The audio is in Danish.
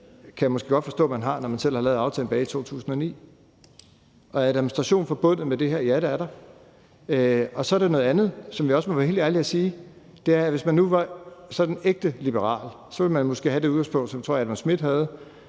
kan jeg måske godt forstå at man har, når man selv har lavet aftalen tilbage i 2009. Er der administration forbundet med det her? Ja, det er der. Og så er der noget andet, som jeg også må være helt ærlig og sige, og det er, at hvis nu man var sådan ægte liberal, ville man måske have det udgangspunkt, som jeg tror Adam Smith havde,